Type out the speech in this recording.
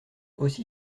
aussi